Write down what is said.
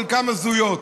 חלקן הזויות,